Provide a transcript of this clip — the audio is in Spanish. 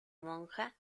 monja